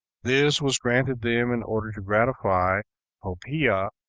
this was granted them in order to gratify poppea,